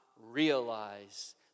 realize